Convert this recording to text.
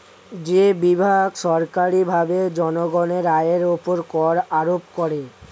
যে বিভাগ সরকারীভাবে জনগণের আয়ের উপর কর আরোপ করে